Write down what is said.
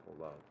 love